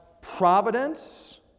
providence